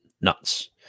nuts